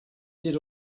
did